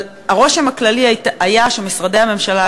אבל הרושם הכללי היה שמשרדי הממשלה,